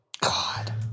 God